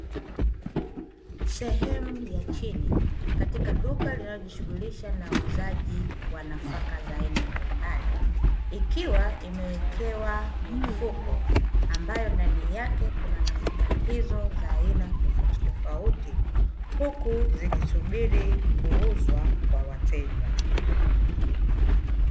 Sehemu ya chini, katika duka linalojishughulisha na uuzaji wa nafaka za aina mbalimbali. Ikiwa imewekewa mifuko ambayo ndani yake kuna nafaka hizo za aina tofauti tofauti huku zikisubiri kuuzwa kwa wateja."